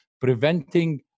preventing